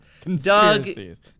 Conspiracies